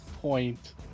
point